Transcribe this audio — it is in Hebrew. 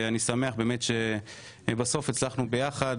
אני שמח שבסוף הצלחנו ביחד,